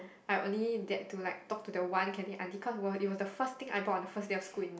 I only dared to like talk to the one canteen aunty cause was it was the first thing I bought on the first day of school in